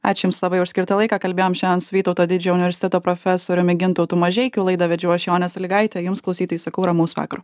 ačiū jums labai už skirtą laiką kalbėjom šiandien su vytauto didžiojo universiteto profesoriumi gintautu mažeikiu laidą vedžiau aš jonė sąlygaitė jums klausytojai sakau ramaus vakaro